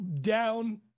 down